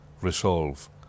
resolve